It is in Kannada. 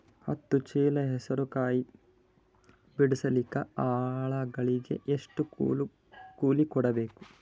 ಹತ್ತು ಚೀಲ ಹೆಸರು ಕಾಯಿ ಬಿಡಸಲಿಕ ಆಳಗಳಿಗೆ ಎಷ್ಟು ಕೂಲಿ ಕೊಡಬೇಕು?